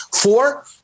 Four